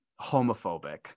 homophobic